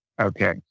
Okay